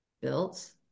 built